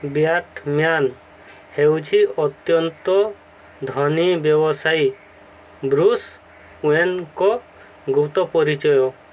batsman ହେଉଛି ଅତ୍ୟନ୍ତ ଧନୀ ବ୍ୟବସାୟୀ ବ୍ରୁସ୍ ୱେନ୍ଙ୍କ ଗୁପ୍ତ ପରିଚୟ